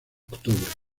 octubre